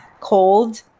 cold